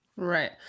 Right